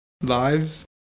lives